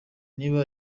niba